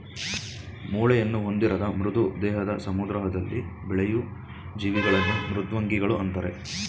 ಮೂಳೆಯನ್ನು ಹೊಂದಿರದ ಮೃದು ದೇಹದ ಸಮುದ್ರದಲ್ಲಿ ಬೆಳೆಯೂ ಜೀವಿಗಳನ್ನು ಮೃದ್ವಂಗಿಗಳು ಅಂತರೆ